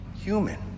human